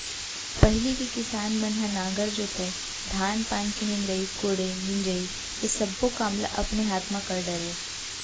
पहिली के किसान मन ह नांगर जोतय, धान पान के निंदई कोड़ई, मिंजई ये सब्बो काम ल अपने हाथ म कर डरय